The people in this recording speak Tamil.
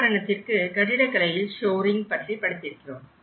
உதாரணத்திற்கு கட்டிடக்கலையில் ஷோரிங் பற்றி படித்திருக்கிறோம்